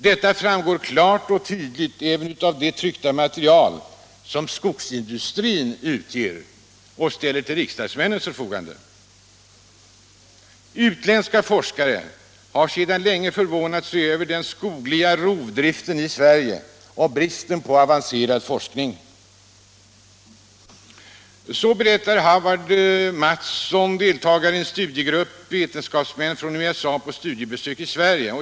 Detta framgår klart och tydligt även av det tryckta material som skogsindustrin utger och som ställs till riksdagsmännens förfogande. Utländska forskare har sedan länge förvånat sig över den skogliga rovdriften i Sverige och bristen på avancerad forskning. Så här berättar Howard W. Mattson, deltagare i en studiegrupp vetenskapsmän från USA, på studiebesök i Sverige.